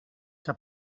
que